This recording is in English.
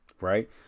right